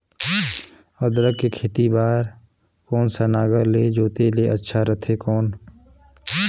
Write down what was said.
अदरक के खेती बार कोन सा नागर ले जोते ले अच्छा रथे कौन?